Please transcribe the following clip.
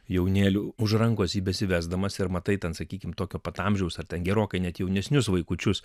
jaunėlių už rankos jį besivezdamas ir matai ten sakykim tokio pat amžiaus ar ten gerokai net jaunesnius vaikučius